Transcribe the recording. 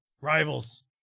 rival's